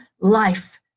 life